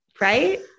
Right